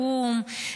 באו"ם,